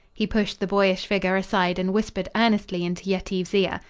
he pushed the boyish figure aside and whispered earnestly into yetive's ear.